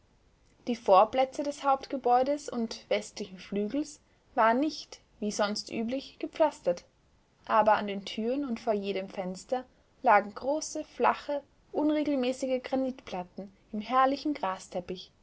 die vorplätze des hauptgebäudes und westlichen flügels waren nicht wie sonst üblich gepflastert aber an den türen und vor jedem fenster lagen große flache unregelmäßige granitplatten im herrlichen grasteppich